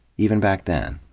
even back then.